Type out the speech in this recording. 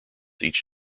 each